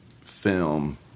film